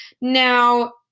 Now